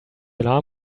alarm